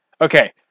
Okay